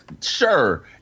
sure